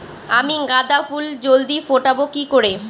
আমি গাঁদা ফুল জলদি ফোটাবো কি করে?